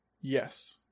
Yes